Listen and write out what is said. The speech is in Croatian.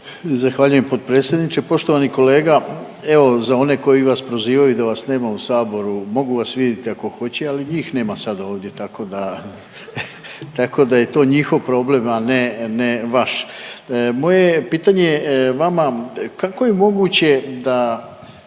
Zahvaljujem potpredsjedniče. Poštovani kolega, evo za one koji vas prozivaju da vas nema u Saboru mogu vas vidjeti ako hoće, ali njih nema sad ovdje, tako da je to njihov problem, a ne vaš. Moje je pitanje vama kako je moguće da